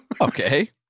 Okay